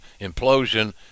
implosion